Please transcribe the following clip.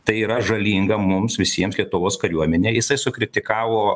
tai yra žalinga mums visiems lietuvos kariuomenei jisai sukritikavo